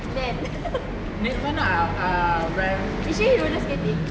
when is she roller skating